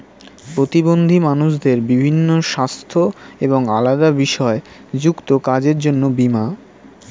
প্রতিবন্ধী মানুষদের বিভিন্ন সাস্থ্য এবং আলাদা বিষয় যুক্ত কাজের জন্য বীমা